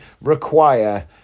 require